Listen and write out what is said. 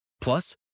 Plus